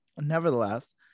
nevertheless